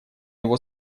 его